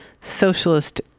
socialist